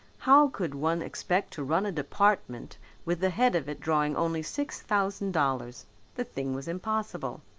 how could one expect to run a department with the head of it drawing only six thousand dollars the thing was impossible.